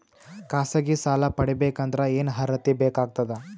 ಖಾಸಗಿ ಸಾಲ ಪಡಿಬೇಕಂದರ ಏನ್ ಅರ್ಹತಿ ಬೇಕಾಗತದ?